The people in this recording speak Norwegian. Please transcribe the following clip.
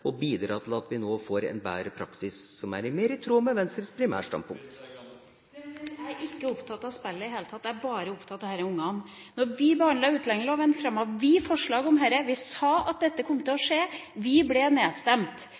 og bidra til at vi nå får en bedre praksis, som er mer i tråd med Venstres primærstandpunkt. Jeg er ikke opptatt av spillet i det hele tatt, jeg er bare opptatt av disse ungene. Da vi var med å lage utlendingsloven, fremmet vi forslag om dette. Vi sa at dette kom til å skje. Vi ble nedstemt.